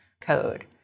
code